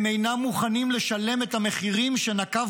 הם אינם מוכנים לשלם את המחירים שנקב